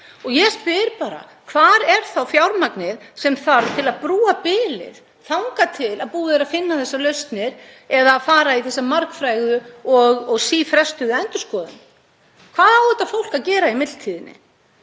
Ég spyr bara: Hvar er þá fjármagnið sem þarf til að brúa bilið þangað til að búið er að finna þessar lausnir eða fara í þessa margfrægu og sífrestuðu endurskoðun? Hvað á þetta fólk að gera í millitíðinni?